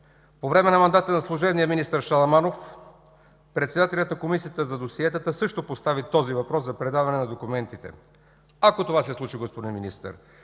По време на мандата на служебния министър Шаламанов председателят на Комисията по досиетата също постави въпроса за предаване на документите. Ако това се случи, господин Министър,